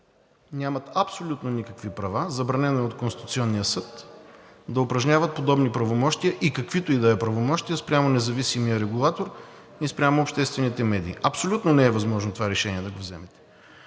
нямат абсолютно никакви права. Забранено е от Конституционния съд да упражняват подобни правомощия и каквито и да е правомощия спрямо независимия регулатор и спрямо обществените медии. Абсолютно не е възможно това решение да го вземете!